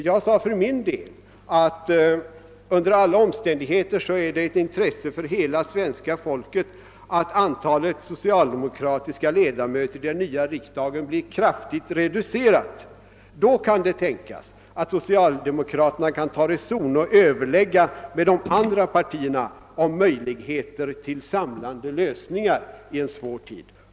Jag sade för min del att det under alla omständigheter var av intresse för svenska folket att antalet socialdemokratiska ledamöter i den nya riksdagen blir kraftigt reducerat. Då kan det tänkas att socialdemokraterna kan ta reson och överlägga med de andra partierna om möjligheter till samlande lösningar i en svår tid.